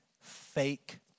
fake